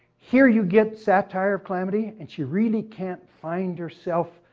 here you get satire of calamity and she really can't find herself.